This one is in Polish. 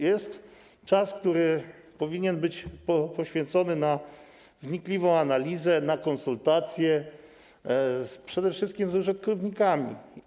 Jest czas, który powinien być poświęcony na wnikliwą analizę, na konsultacje, przede wszystkim z użytkownikami.